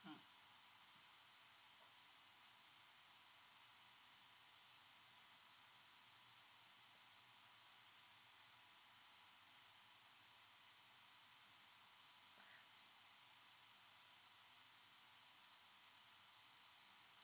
mm